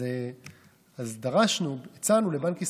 אז דרשנו, הצענו לבנק ישראל,